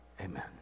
Amen